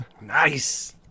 Nice